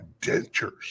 dentures